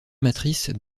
matrice